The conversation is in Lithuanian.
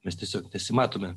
mes tiesiog nesimatome